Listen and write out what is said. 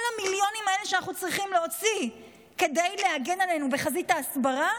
כל המיליונים האלה שאנחנו צריכים להוציא כדי להגן עלינו בחזית ההסברה,